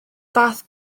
fath